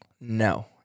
No